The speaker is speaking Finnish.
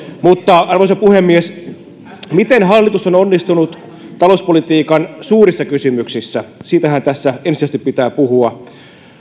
mutta arvoisa puhemies miten hallitus on onnistunut talouspolitiikan suurissa kysymyksissä siitähän tässä ensisijaisesti pitää puhua